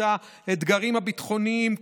את האתגרים הביטחוניים,